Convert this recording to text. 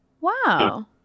Wow